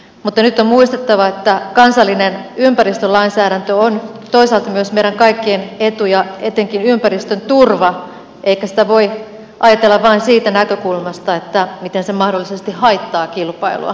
mutta nyt on muistettava että kansallinen ympäristölainsäädäntö on toisaalta myös meidän kaikkien etu ja etenkin ympäristön turva eikä sitä voi ajatella vain siitä näkökulmasta miten se mahdollisesti haittaa kilpailua